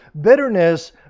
Bitterness